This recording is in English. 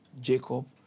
Jacob